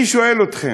אני שואל אתכם,